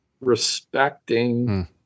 respecting